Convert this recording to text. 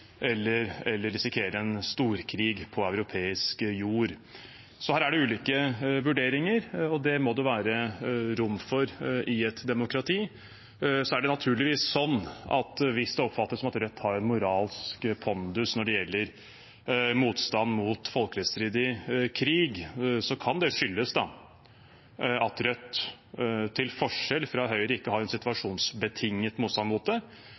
risikere en storkrig på europeisk jord. Så her er det ulike vurderinger, og det må det være rom for i et demokrati. Så er det naturligvis slik at hvis det oppfattes som at Rødt har en moralsk pondus når det gjelder motstand mot folkerettsstridig krig, kan det skyldes at Rødt til forskjell fra Høyre ikke har en